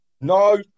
No